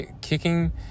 Kicking